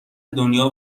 دنیا